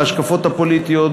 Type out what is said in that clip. בהשקפות הפוליטיות,